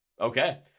okay